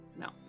no